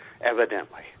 evidently